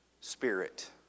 Spirit